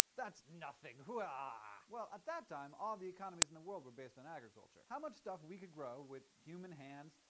that's nothing, haha. well at that time all the economies in the world were based on agriculture. how much stuff we could grow with human hands,